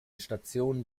stationen